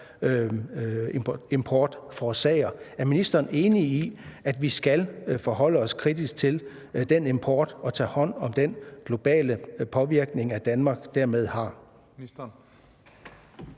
forårsager. Er ministeren enig i, at vi skal forholde os kritisk til den import og tage hånd om den globale påvirkning, som Danmark dermed har?